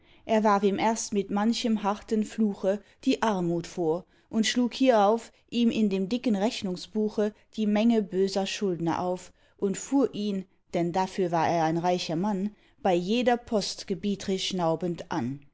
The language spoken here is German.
er warf ihm erst mit manchem harten fluche die armut vor und schlug hierauf ihm in dem dicken rechnungsbuche die menge böser schuldner auf und fuhr ihn denn dafür war er ein reicher mann bei jeder post gebietrisch schnaubend an